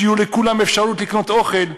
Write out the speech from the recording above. שתהיה לכולם אפשרות לקנות אוכל,